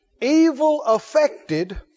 evil-affected